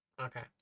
Okay